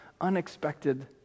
unexpected